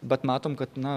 bet matom kad na